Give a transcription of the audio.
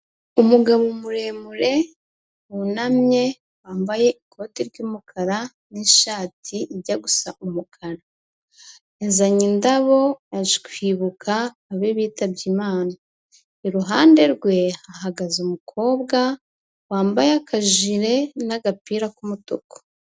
Umugabo muremure, wunamye, wambaye ikoti ry'umukara n'ishati ijya gusa umukara. Yazanye indabo aje kwibuka abe bitabye Imana. Iruhande rwe hahagaze umukobwa, wambaye akajire n'agapira k'umutuku.